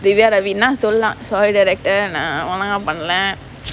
divya ravi ன்னா சொல்லாம்:nnaa sollaam sorry director நா ஒழுங்கா பண்ணல:naa olunga pannala